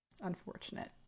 unfortunate